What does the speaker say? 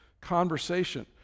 conversation